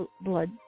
blood